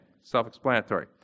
self-explanatory